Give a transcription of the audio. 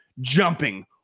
jumping